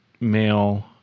male